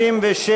55?